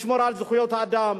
לשמור על זכויות האדם.